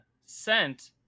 sent